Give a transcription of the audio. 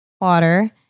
Water